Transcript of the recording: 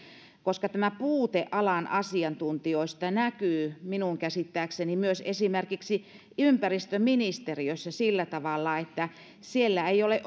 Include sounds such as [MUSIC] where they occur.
koska tämä puute alan asiantuntijoista näkyy minun käsittääkseni myös esimerkiksi ympäristöministeriössä sillä tavalla että siellä ei ole [UNINTELLIGIBLE]